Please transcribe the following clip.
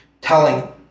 telling